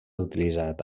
utilitzat